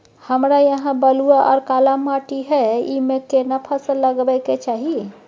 हमरा यहाँ बलूआ आर काला माटी हय ईमे केना फसल लगबै के चाही?